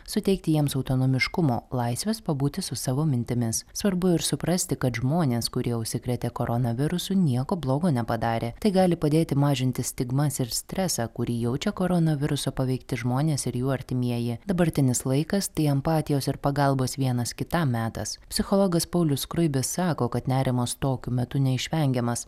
suteikti jiems autonomiškumo laisvės pabūti su savo mintimis svarbu ir suprasti kad žmonės kurie užsikrėtė koronavirusu nieko blogo nepadarė tai gali padėti mažinti stigmas ir stresą kurį jaučia koronaviruso paveikti žmonės ir jų artimieji dabartinis laikas tai empatijos ir pagalbos vienas kitam metas psichologas paulius skruibis sako kad nerimas tokiu metu neišvengiamas